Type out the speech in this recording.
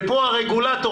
ופה הרגולטור,